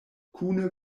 kune